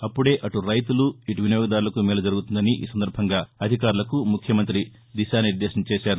అప్పుదే అటు రైతులు ఇటు వినియోగదారులకు మేలు జరుగుతుందని ఈ సందర్భంగా అధికారులకు ముఖ్యమంత్రి దిశా నిర్దేశం చేశారు